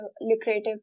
lucrative